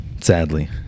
sadly